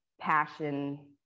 passion